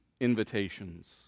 invitations